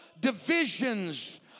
divisions